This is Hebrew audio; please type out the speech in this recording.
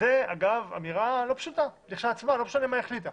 זו אמירה לא פשוטה לכשעצמה, לא משנה מה החליטה